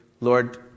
Lord